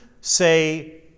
say